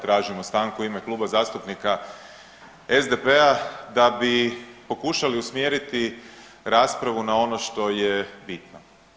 Tražimo stanku u ime Kluba zastupnika SDP-a da bi pokušali usmjeriti raspravu na ono što je bitno.